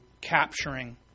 capturing